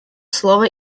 слово